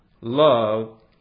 Love